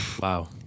Wow